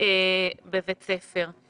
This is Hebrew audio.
בבית ספר.